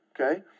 Okay